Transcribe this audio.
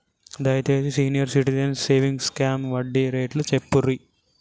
దయచేసి senior citizens savings scheme వడ్డీ rate చెప్పుర్రి